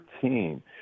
team